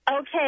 Okay